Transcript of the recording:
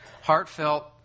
heartfelt